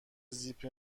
زیپ